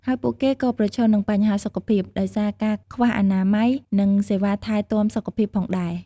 ហើយពួកគេក៏ប្រឈមនឹងបញ្ហាសុខភាព ដោយសារការខ្វះអនាម័យ និងសេវាថែទាំសុខភាពផងដែរ។